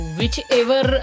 Whichever